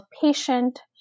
patient